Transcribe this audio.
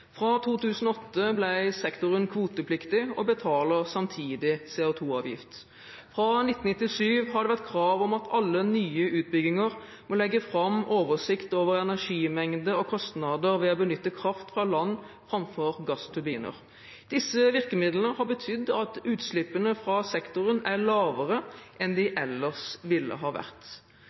Fra 2008 ble sektoren kvotepliktig og betaler samtidig CO2-avgift. Fra 1997 har det vært krav om at alle nye utbygginger må legge fram oversikt over energimengde og kostnader ved å benytte kraft fra land framfor gassturbiner. Disse virkemidlene har betydd at utslippene fra sektoren er lavere enn de ellers ville ha vært.